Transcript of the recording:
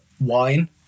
wine